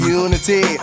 unity